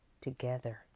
together